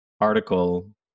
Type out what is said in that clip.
article